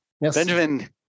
Benjamin